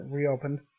reopened